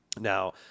Now